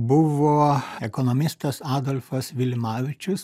buvo ekonomistas adolfas vilimavičius